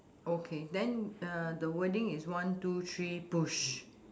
okay then uh the wording is one two three push